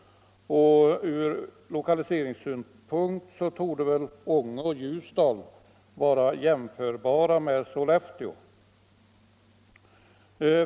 Ur lokaliseringssynpunkt torde väl Ånge och Ljusdal vara jämförbara med Sollefteå.